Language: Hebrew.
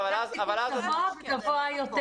יש סיכון גבוה וגבוה יותר.